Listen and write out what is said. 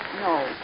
no